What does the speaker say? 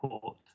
Port